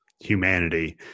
humanity